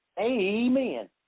Amen